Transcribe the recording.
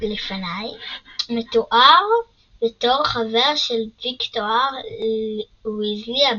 מתואר בתור חבר של ויקטואר וויזלי,